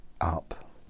up